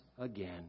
again